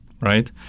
right